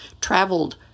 traveled